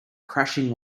crashing